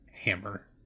hammer